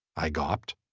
i got